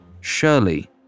Shirley